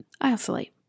Isolate